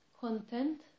content